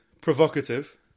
provocative